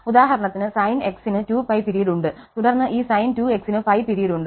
ഉദാഹരണത്തിന് sin x ന് 2π period ഉണ്ട് തുടർന്ന് ഈ sin 2x ന് π പിരീഡ് ഉണ്ട്